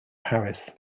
paris